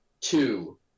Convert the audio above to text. two